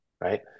right